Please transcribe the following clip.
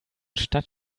stadt